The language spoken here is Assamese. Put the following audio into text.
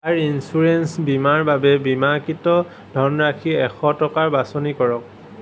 কাৰ ইঞ্চুৰেঞ্চ বীমাৰ বাবে বীমাকৃত ধনৰাশি এশ টকা বাছনি কৰক